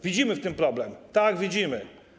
Widzimy w tym problem, tak, widzimy.